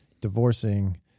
divorcing